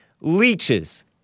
leeches